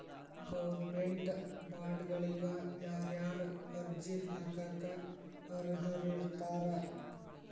Government ಬಾಂಡ್ಗಳಿಗ ಯಾರ್ಯಾರ ಅರ್ಜಿ ಹಾಕಾಕ ಅರ್ಹರಿರ್ತಾರ?